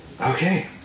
Okay